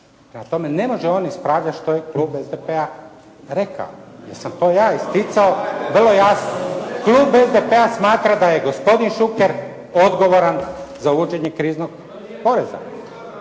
tome, ne može on ispravljati što je klub SDP-a rekao jer sam to ja isticao. Klub SDP-a smatra da je gospodin Šuker odgovoran za uvođenje kriznog poreza.